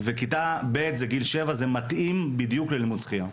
כיתה ב' זה גיל 7 וזה מתאים בדיוק ללימוד שחייה.